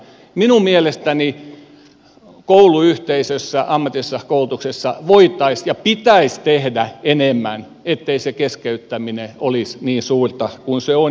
minun mielestäni kouluyhteisössä ammatillisessa koulutuksessa voitaisiin ja pitäisi tehdä enemmän ettei keskeyttäminen olisi niin suurta kuin se on